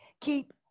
keep